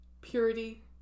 purity